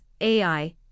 AI